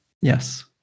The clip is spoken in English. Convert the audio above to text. yes